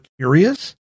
curious